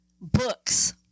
books